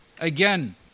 Again